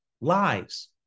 lies